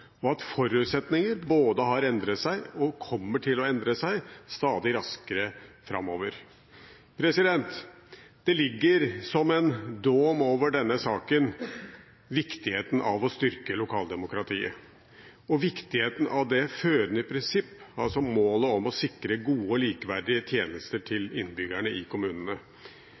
og at forutsetninger både har endret seg og kommer til å endre seg stadig raskere framover. Viktigheten av å styrke lokaldemokratiet ligger som en dåm over denne saken – og viktigheten av det førende prinsipp om og mål å sikre gode og likeverdige tjenester til